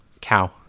Cow